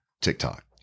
TikTok